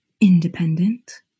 independent